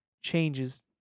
changes